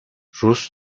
rus